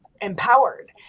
empowered